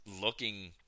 looking –